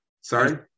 Sorry